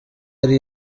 ari